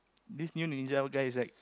this new ninja guy is like